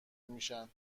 میشن